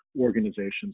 organizations